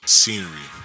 scenery